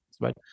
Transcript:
right